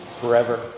forever